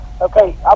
Okay